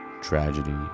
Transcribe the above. tragedy